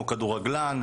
כמו כדורגלן,